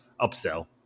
Upsell